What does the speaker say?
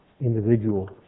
individual